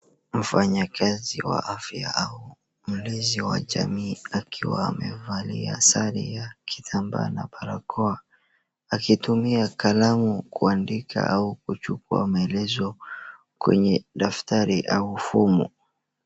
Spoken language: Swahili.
Wafanyikazi wa afya au mlezi wa jamii akiwa amevalia sare ya kitambaa na barakoa akitumia kalamu kuandika au kuchukua maelezo kwenye daftari au fomu.